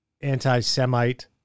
anti-Semite